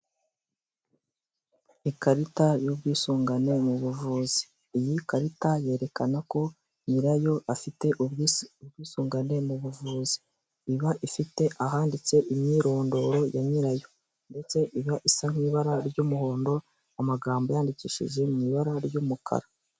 Ikarita y'ubwisungane mu buvuzi, iyi karita yerekana ko nyirayo afite ubwisungane mu buvuzi, iba ifite ahanditse imyirondoro ya nyirayo ndetse ikaba isa nk'ibara ry'umuhondo, amagambo yandikishije mw ibara ry'umukara.